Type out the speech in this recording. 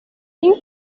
این